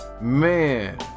man